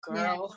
Girl